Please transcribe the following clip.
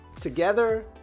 Together